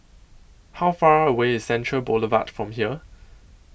How Far away IS Central Boulevard from here